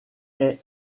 est